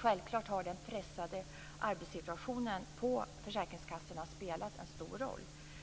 Självklart har den pressade arbetssituationen på försäkringskassorna spelat en stor roll.